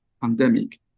pandemic